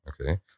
Okay